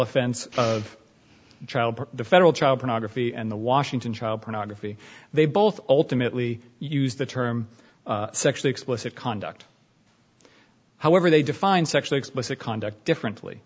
offense of child the federal child pornography and the washington child pornography they both ultimately use the term sexually explicit conduct however they define sexually explicit conduct differently